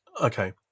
Okay